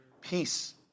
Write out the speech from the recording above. peace